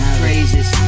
praises